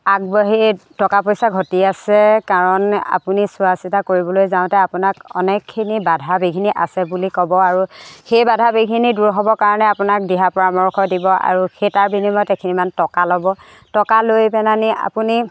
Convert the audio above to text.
আগবাঢ়ি টকা পইচা ঘটি আছে কাৰণ আপুনি চোৱা চিতা কৰিবলৈ যাওঁতে আপোনাক অনেকখিনি বাধা বিঘিনি আছে বুলি ক'ব আৰু সেই বাধা বিঘিনি দূৰ হ'বৰ কাৰণে আপোনাক দিহা পৰামৰ্শ দিব আৰু সেই তাৰ বিনিময়ত এইখিনিমান টকা ল'ব টকা লৈ পেলাই নি আপুনি